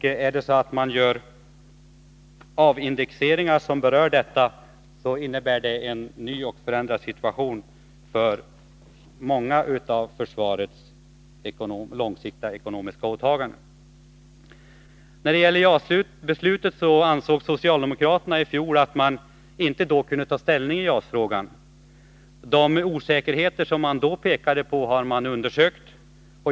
Gör man avindexeringar som berör detta, innebär det en ny och förändrad situation för många av försvarets långsiktiga ekonomiska åtaganden. Socialdemokraterna ansåg i fjol att man inte då kunde ta ställning i JAS-frågan. De osäkerheter som man pekade på har man undersökt.